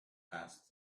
asked